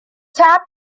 tap